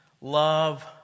love